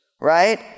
right